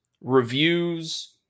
reviews